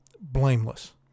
blameless